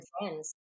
friends